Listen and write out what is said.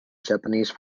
japanese